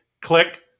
click